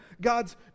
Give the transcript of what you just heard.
God's